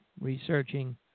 researching